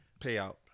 payout